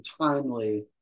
timely